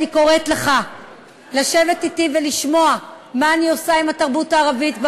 אני קוראת לך לשבת אתי ולשמוע מה אני עושה עם התרבות הערבית.